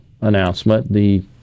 announcement—the